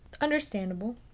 understandable